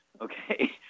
Okay